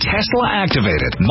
Tesla-activated